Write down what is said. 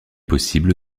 possible